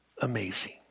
amazing